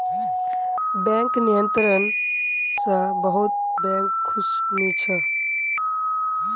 bank नियंत्रण स बहुत बैंक खुश नी छ